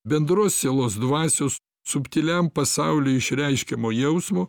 bendros sielos dvasios subtiliajam pasauliui išreiškiamo jausmo